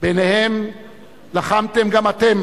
ביניהם לחמתם גם אתם,